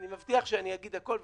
אני מבטיח שאני אגיד הכול.